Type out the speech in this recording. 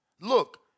Look